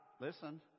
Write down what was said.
listen